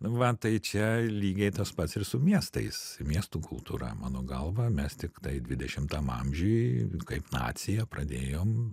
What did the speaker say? va tai čia lygiai tas pats ir su miestais miestų kultūra mano galva mes tiktai dvidešimtam amžiuj kaip nacija pradėjom